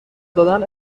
دادن